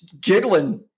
giggling